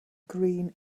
green